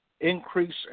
increase